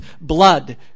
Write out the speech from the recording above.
blood